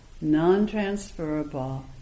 non-transferable